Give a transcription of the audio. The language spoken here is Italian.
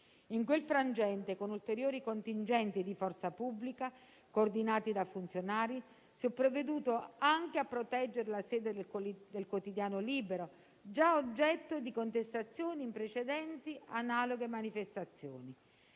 In quel frangente, con ulteriori contingenti di forza pubblica, coordinati da funzionari, si è provveduto anche a proteggere la sede del quotidiano «Libero», già oggetto di contestazioni in precedenti analoghe manifestazioni.